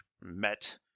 met